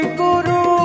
guru